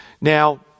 Now